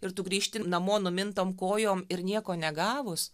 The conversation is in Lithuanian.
ir tu grįžti namo numintom kojom ir nieko negavus